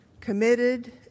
committed